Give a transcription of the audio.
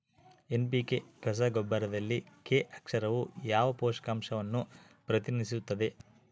NPK ರಸಗೊಬ್ಬರದಲ್ಲಿ K ಅಕ್ಷರವು ಯಾವ ಪೋಷಕಾಂಶವನ್ನು ಪ್ರತಿನಿಧಿಸುತ್ತದೆ?